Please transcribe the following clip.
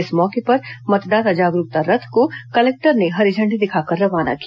इस मौके पर मतदाता जागरूकता रथ को कलेक्टर ने हरी झण्डी दिखाकर रवाना किया